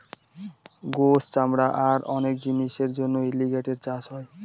গোস, চামড়া আর অনেক জিনিসের জন্য এলিগেটের চাষ হয়